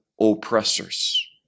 oppressors